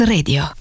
Radio